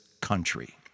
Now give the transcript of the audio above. country